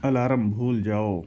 alarm بھول جاؤ